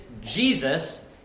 Jesus